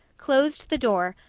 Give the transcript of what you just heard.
closed the door,